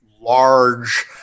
large